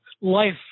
life